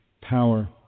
power